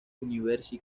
university